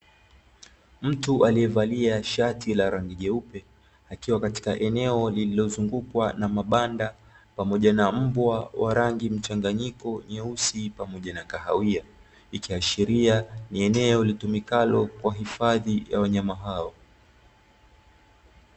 Mtu aliyevalia shati la rangi jeupe akiwa katika eneo lililozungukwa na mabanda, pamoja na mbwa wa rangi mchanganyiko nyeusi pamoja na kahawia. Ikiashiria ni eneo litumikalo kwa hifadhi ya wanyama hawa.